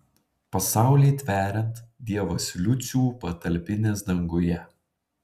pasaulį tveriant dievas liucių patalpinęs danguje